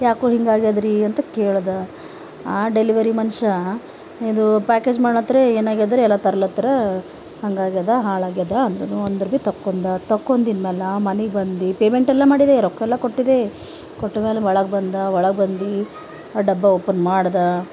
ಯಾಕೋ ಹಿಂಗ ಆಗ್ಯಾದರಿ ಅಂತ ಕೇಳಿದ ಆ ಡೆಲಿವರಿ ಮನುಷ್ಯ ಇದು ಪ್ಯಾಕೇಜ್ ಮಾಡೊ ಹತ್ರ ಏನಾಗ್ಯದರಿ ಎಲ್ಲ ತರ್ಲತ್ರ ಹಂಗಾಗ್ಯಾದ ಹಾಳಾಗ್ಯಾದ ಅಂದನು ಅಂದ್ರ ಬಿ ತಕ್ಕೊಂಡ ತಕ್ಕೊಂಡಿನ್ ಮ್ಯಾಲ ಮನೆಗ್ ಬಂದು ಪೇಮೆಂಟ್ ಎಲ್ಲ ಮಾಡಿದೆ ರೊಕ್ಕ ಎಲ್ಲ ಕೊಟ್ಟಿದೆ ಕೊಟ್ಟ ಮ್ಯಾಲ ಒಳಗೆ ಬಂದ ಒಳಗೆ ಬಂದು ಡಬ್ಬ ಓಪನ್ ಮಾಡಿದ